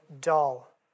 dull